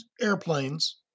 airplanes